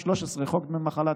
13. חוק דמי מחלה,